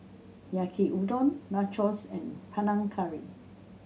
Yaki Udon Nachos and Panang Curry